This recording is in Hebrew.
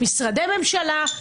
משרדי ממשלה,